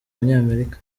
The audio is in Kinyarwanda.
banyamerika